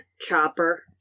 chopper